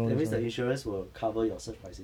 that means the insurance will cover your surge pricing